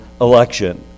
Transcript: election